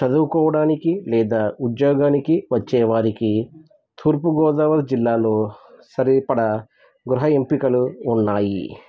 చదువుకోవడానికి లేదా ఉద్యోగానికి వచ్చే వారికి తూర్పుగోదావరి జిల్లాలో సరిపడ గృహ ఎంపికలు ఉన్నాయి